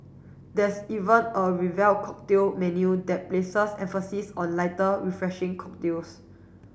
there's even a revamped cocktail menu that places emphasis on lighter refreshing cocktails